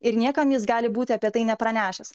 ir niekam jis gali būti apie tai nepranešęs